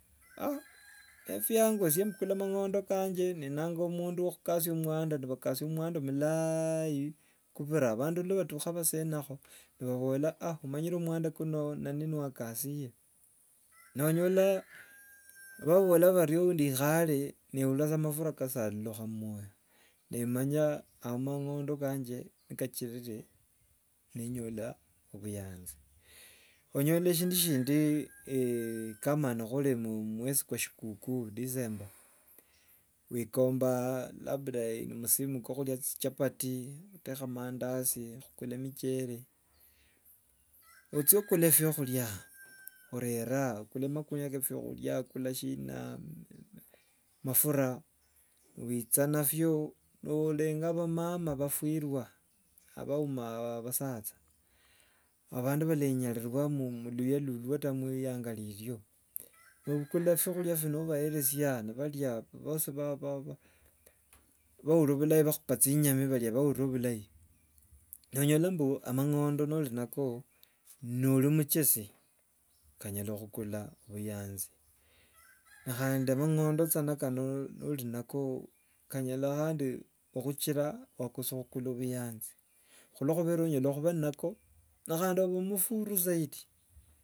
ebyo byangu, esye mbukula mang'ondo kanje ninanga mundu wo- khukasia omwanda ni bakasia omwanda mulaayi kubira. Bandu nibatukha basenakho ni babola omanyire omwanda kuno nani niyo- wakasia, nonyola nibabola bario undikhale ndiurira sa, mafura kasalulukha mumwoyo, ni manya ao mang'ondo kanje kachirire ninyola obuyanzi. Onyola shindu shindi ka nga khuri mwesi kwa shikuku, disemba, wikomba labda msimu kwa okhuria chichapati, khutekha maandasi, khukula michele, ocha okula byakhuria orera- o, okula magunia ka byakhuria, okula shina mafura wicha nabyo nolinga bhamama bhafiwa bhauma bhasacha, abandu balanyaririwa mu- muluya lulwo ata murianga riryo. Ni- obhukula byakhuria bino obhayesia nibharia bhosi ba- baurira bhulai bhakhupa chinyami bhaurira bhulai. Nonyola mbu amang'ondo nori nako nori muchesi, kanyala khukula obuyanzi khandi mang'ondo kachana kano nori nako kanyala khuchira wakosa khukula obuyanzi khulokhuba onyala khuba nako khandi noba omufuru zaidi.